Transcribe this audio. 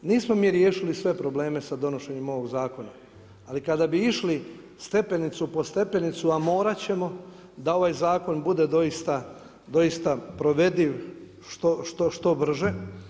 Nismo mi riješili sve probleme sa donošenjem ovog zakona, ali kada bi išli stepenicu po stepenicu, a morat ćemo da ovaj zakon bude doista provediv što brže.